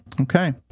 Okay